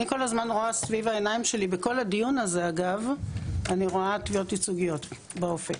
אני רואה סביב העיניים שלי בכל הדיון הזה אגב תביעות ייצוגיות באופק,